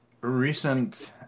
recent